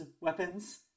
weapons